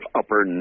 upper